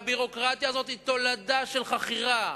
והביורוקרטיה הזאת היא תולדה של חכירה.